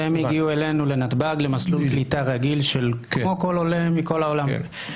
והם הגיעו אלינו לנתב"ג למסלול קליטה רגיל כמו כל עולה מכל העולם.